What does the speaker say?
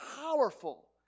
powerful